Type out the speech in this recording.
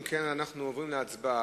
אם כן, אנחנו עוברים להצבעה: